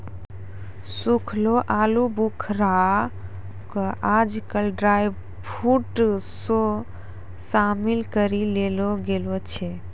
सूखलो आलूबुखारा कॅ आजकल ड्रायफ्रुट मॅ शामिल करी लेलो गेलो छै